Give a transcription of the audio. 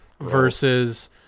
versus